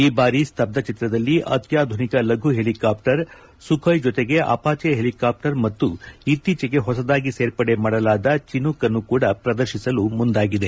ಈ ಬಾರಿ ಸ್ತಬ್ದ ಚಿತ್ರದಲ್ಲಿ ಅತ್ಯಾಧುನಿಕ ಲಘು ಹೆಲಿಕಾಪ್ಲರ್ ಸುಬೋಯ್ ಜೊತೆಗೆ ಅಪಾಜೆ ಹೆಲಿಕಾಪ್ಲರ್ ಮತ್ತು ಇತ್ತೀಚೆಗೆ ಹೊಸದಾಗಿ ಸೇರ್ಪಡೆ ಮಾಡಲಾದ ಚಿನೂಕ್ ಕೂಡ ಪ್ರದರ್ಶಿಸಲು ಮುಂದಾಗಿದೆ